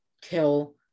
kill